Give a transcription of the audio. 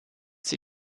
sie